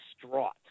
distraught